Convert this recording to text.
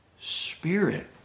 Spirit